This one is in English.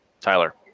Tyler